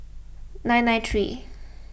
nine nine three